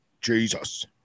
Jesus